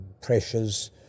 pressures